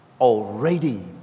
already